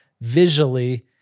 visually